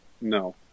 No